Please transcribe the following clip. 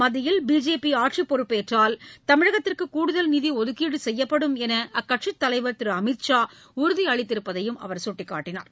மத்தியில் பிஜேபிஆட்சிப் பொறுப்பேற்றால் தமிழகத்திற்குகூடுதல் நிதிஒதுக்கீடுசெய்யப்படும் என்றுஅக்கட்சிதலைவர் திருஅமித்ஷா உறுதிஅளித்திருப்பதையும் அவர் கட்டிக்காட்டினார்